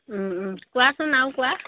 কোৱাচোন আৰু কোৱা